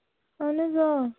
اَہَن حظ آ